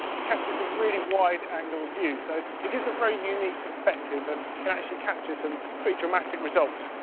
it captures a really wide angle of view, so it gives a very unique perspective and can actually capture some pretty dramatic results.